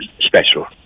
special